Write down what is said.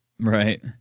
Right